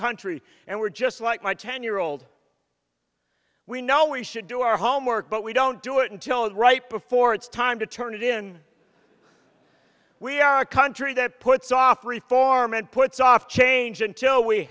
country and we're just like my ten year old we know we should do our homework but we don't do it until right before it's time to turn it in we are a country that puts off reform and puts off change until we